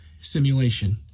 simulation